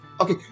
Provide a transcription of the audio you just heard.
Okay